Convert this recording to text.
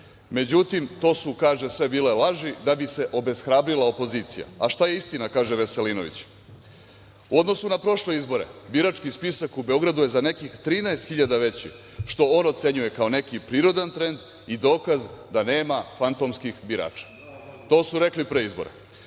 Međutim, to su, kako kaže, sve bile laži, da bi se obeshrabrila opozicija. A šta je istina, kaže Veselinović - U odnosu na prošle izbore, birački spisak u Beogradu je za nekih 13 hiljada veći, što on ocenjuje kao neki prirodan trend i dokaz da nema fantomskih birača. To su rekli pre izbora. Ovo